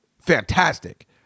fantastic